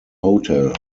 hotel